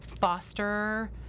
foster